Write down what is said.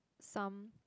some